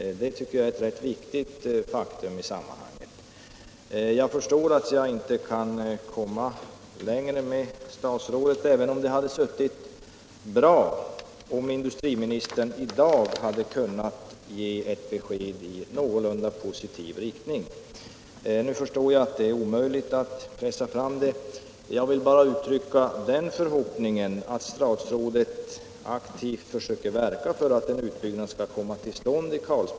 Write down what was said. Det tycker jag är ett viktigt påpekande. Nu förstår jag dock att jag inte kan komma längre med statsrådet, även om det hade varit värdefullt om industriministern i dag hade kunnat ge ett besked i någorlunda positiv riktning. Det är tydligen omöjligt att pressa fram ett sådant besked, och då vill jag bara uttrycka den förhoppningen att statsrådet aktivt försöker verka för en utbyggnad i Karlsborg.